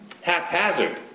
haphazard